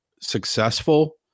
successful